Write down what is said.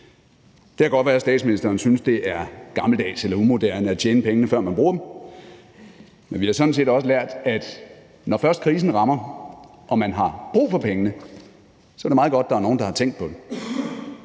Det kan godt være, at statsministeren synes, det er gammeldags eller umoderne at tjene pengene, før man bruger dem, men vi har sådan set også lært, at når først krisen rammer og man har brug for pengene, er det meget godt, der er nogen, der har tænkt på det.